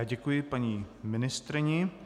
Děkuji paní ministryni.